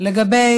לגבי